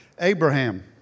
Abraham